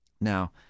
Now